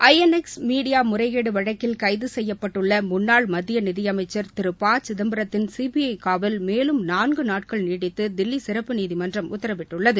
ஐ N X media முறைகேடு வழக்கில் கைது செய்யப்பட்டுள்ள முன்னாள் மத்திய நிதி அமைச்சா் திரு ப சிதம்பரத்தின் சி பி ஐ னவல் மேலும் நான்கு நாட்கள் நீட்டித்து தில்லி சிறப்பு நீதிமன்றம் உத்தரவிட்டுள்ளது